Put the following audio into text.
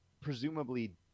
presumably